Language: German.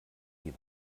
die